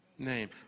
name